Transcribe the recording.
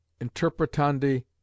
interpretandi